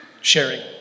sharing